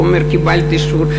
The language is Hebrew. הוא אומר: קיבלת אישור.